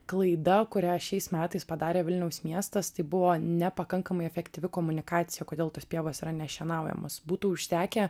klaida kurią šiais metais padarė vilniaus miestas tai buvo nepakankamai efektyvi komunikacija kodėl tos pievas yra nešienaujamos būtų užtekę